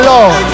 Lord